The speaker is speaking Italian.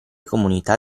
comunità